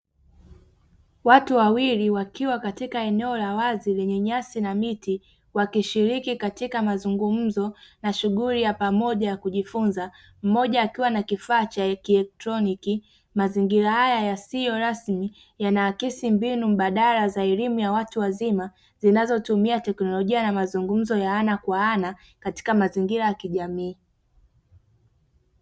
Watu wawili wakiwa katika eneo la wazi lenye nyasi na miti wakishiriki katika mazungumzo na shughuli ya pamoja ya kujifunza mmoja akiwa na kifaa cha kielektroniki. Mazingira haya yasiyo rasmi yanaakisi mbinu mbadala za elimu ya watu wazima zinazotumia teknolojia na mazungumzo ya ana kwa ana katika mazingira ya kijamii.